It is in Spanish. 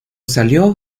salió